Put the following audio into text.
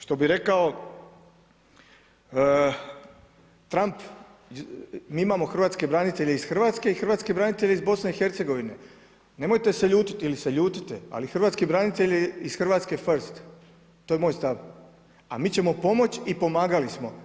Što bi rekao Trump mi imamo hrvatske branitelje iz Hrvatske i hrvatske branitelje iz BiH, nemojte se ljutiti ili se ljutite, ali hrvatski branitelje iz Hrvatske first to je moj stav, a mi ćemo pomoći i pomagali smo.